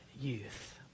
youth